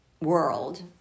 world